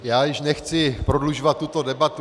Já již nechci prodlužovat tuto debatu.